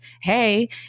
Hey